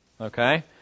Okay